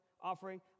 offering